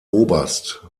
oberst